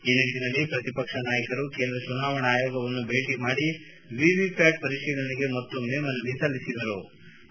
ಈ ನಿಟ್ಟನಲ್ಲಿ ಪ್ರತಿಪಕ್ಷ ನಾಯಕರು ಕೇಂದ್ರ ಚುನಾವಣೆ ಆಯೋಗವನ್ನು ಭೇಟ ಮಾಡಿ ವಿವಿಪ್ಟಾಟ್ ಪರಿಶೀಲನೆಗೆ ಮತ್ತೊಮ್ನೆ ಮನವಿ ಸಲ್ಲಿಸಿವೆ